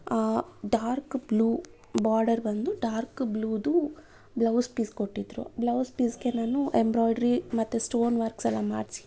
dark blue border ಬಂದು dark ಬ್ಲೂದು blouse piece ಕೊಟ್ಟಿದ್ದರು ಬ್ಲೌಝ್ ಪೀಸ್ಗೆ ನಾನು ಎಂಬ್ರಾಯ್ಡ್ರಿ ಮತ್ತೆ ಸ್ಟೋನ್ ವರ್ಕ್ಸ್ ಎಲ್ಲ ಮಾಡಿಸಿ